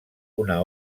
una